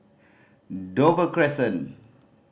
Dover Crescent